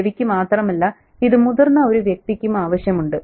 രവിയ്ക്ക് മാത്രമല്ല ഇത് മുതിർന്ന ഒരു വ്യക്തിക്കും ആവശ്യമുണ്ട്